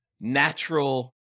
natural